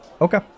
Okay